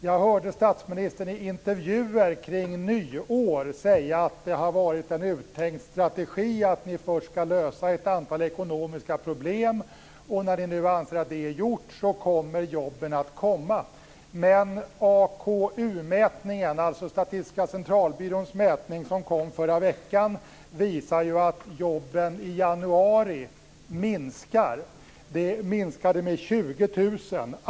Jag hörde statsministern i intervjuer kring nyår säga att det har varit en uttänkt strategi att ni först skall lösa ett antal ekonomiska problem och att när ni nu anser att det är gjort kommer jobben att komma. Men AKU-mätningen, alltså Statistiska Centralbyråns mätning, som kom förra veckan visar ju att antalet jobb i januari minskade med 20 000.